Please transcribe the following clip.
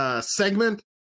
segment